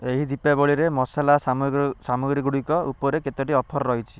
ଏହି ଦୀପାବଳିରେ ମସଲା ସାମଗ୍ରୀ ସାମଗ୍ରୀଗୁଡ଼ିକ ଉପରେ କେତୋଟି ଅଫର୍ ରହିଛି